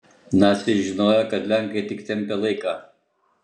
naciai žinojo kad lenkai tik tempia laiką